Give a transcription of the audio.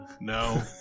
no